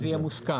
אם זה יהיה מוסכם.